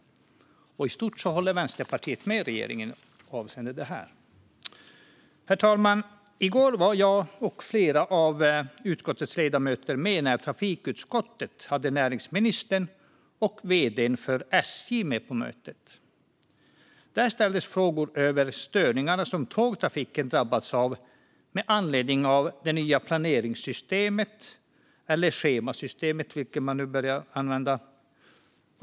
I stort håller Vänsterpartiet med regeringen avseende detta. Herr talman! I går var jag och flera av utskottets ledamöter med när trafikutskottet hade näringsministern och vd:n för SJ med på sitt möte. Där ställdes frågor om de störningar som tågtrafiken drabbats av med anledning av det nya planeringssystemet eller schemasystemet, vilket man nu vill använda.